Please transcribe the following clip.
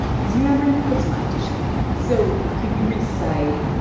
his mandarin puts mine to shame so could you recite,